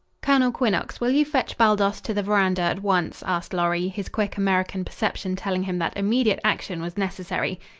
colonel quinnox, will you fetch baldos to the verandah at once? asked lorry, his quick american perception telling him that immediate action was necessary.